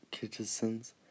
citizens